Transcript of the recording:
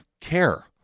care